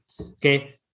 Okay